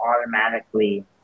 automatically